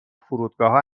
فرودگاهها